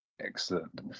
Excellent